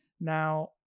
Now